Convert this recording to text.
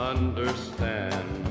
Understand